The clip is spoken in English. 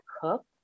cook